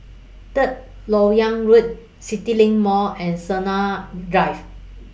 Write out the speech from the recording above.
Third Lok Yang Road CityLink Mall and Sina Drive